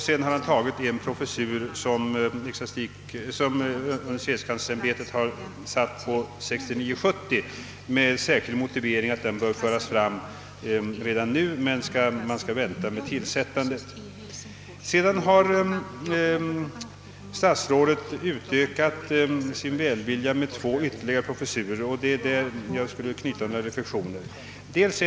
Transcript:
Sedan har han tagit med 1 professur som universitetskanslersämbetet fört till 1969/70 med en särskild motivering att den bör inrättas redan nu men att tillsättandet skall ske senare. Ecklesiastikministern har ökat sin välvilja genom att föreslå tillsättandet av ytterligare 2 professurer, och det är på denna punkt jag skulle vilja anföra några synpunkter.